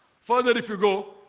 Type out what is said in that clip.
further if you go,